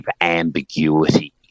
ambiguity